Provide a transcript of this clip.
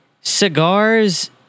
Cigars